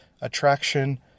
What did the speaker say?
attraction